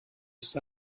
ist